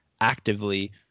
actively